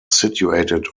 situated